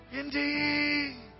indeed